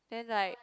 then like